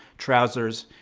trousers,